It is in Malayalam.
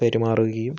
പെരുമാറുകയും